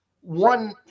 One